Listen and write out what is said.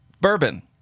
Bourbon